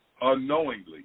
unknowingly